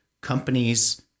companies